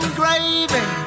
gravy